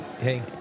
Hey